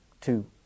two